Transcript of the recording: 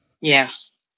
Yes